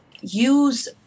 use